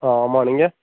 ஆ ஆமாம் நீங்கள்